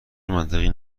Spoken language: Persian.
منطقی